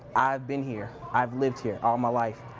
i've been here. i've lived here all my life.